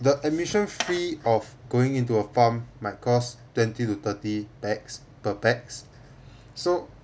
the admission fee of going into a farm might cost twenty to thirty pax per pax so